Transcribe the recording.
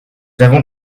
avons